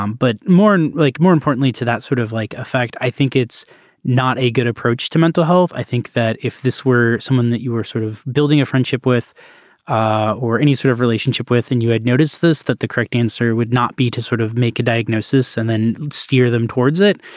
um but more and like more importantly to that sort of like effect. i think it's not a good approach to mental health. i think that if this were someone that you were sort of building a friendship with ah or any sort of relationship with and you had noticed this that the correct answer would not be to sort of make a diagnosis and then steer them towards it.